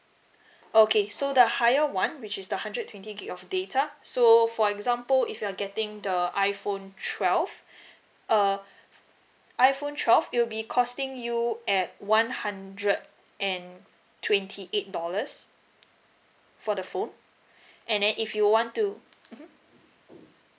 okay so the higher one which is the hundred twenty gig of data so for example if you are getting the iphone twelve err iphone twelve it will be costing you at one hundred and twenty eight dollars for the phone and then if you want to mmhmm